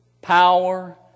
Power